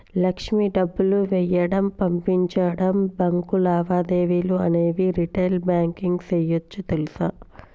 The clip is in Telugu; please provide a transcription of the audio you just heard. లక్ష్మి డబ్బులు వేయడం, పంపించడం, బాంకు లావాదేవీలు అనేవి రిటైల్ బాంకింగ్ సేయోచ్చు తెలుసా